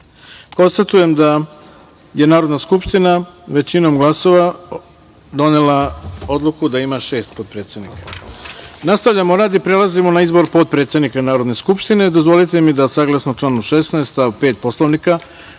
osam. Konstatujem da je Narodna skupština većinom glasova donela odluku da ima šest potpredsednika. Nastavljamo rad i prelazimo na izbor potpredsednika Narodne skupštine. Dozvolite mi da, saglasno članu 16. stav 5. Poslovnika,